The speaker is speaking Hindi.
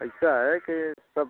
ऐसा है कि सब